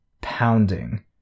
Pounding